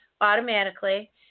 automatically